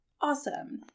awesome